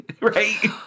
right